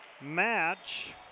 match